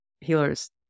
healers